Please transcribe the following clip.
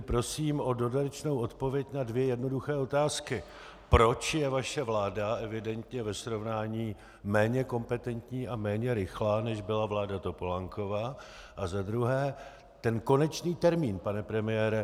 Prosím tedy o dodatečnou odpověď na dvě jednoduché otázky: Proč je vaše vláda evidentně ve srovnání méně kompetentní a méně rychlá, než byla vláda Topolánkova, a za druhé konečný termín, pane premiére.